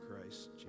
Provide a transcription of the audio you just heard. christ